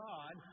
God